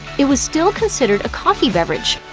it was still considered a coffee beverage.